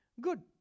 good